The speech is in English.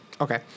Okay